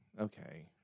okay